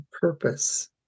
purpose